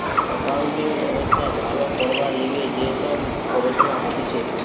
accounting ব্যবস্থা ভালো করবার লিগে যে সব গবেষণা হতিছে